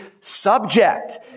subject